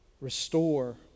Restore